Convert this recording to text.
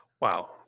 Wow